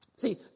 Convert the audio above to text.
See